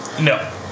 No